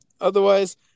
Otherwise